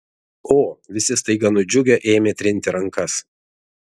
o visi staiga nudžiugę ėmė trinti rankas